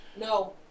No